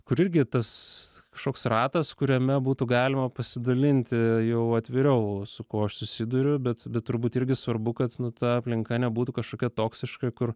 kur irgi tas kažkoks ratas kuriame būtų galima pasidalinti jau atviriau su kuo aš susiduriu bet bet turbūt irgi svarbu kad nu ta aplinka nebūtų kažkokia toksiška kur